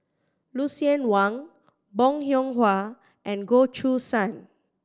Lucien Wang Bong Hiong Hwa and Goh Choo San